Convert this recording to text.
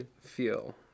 Feel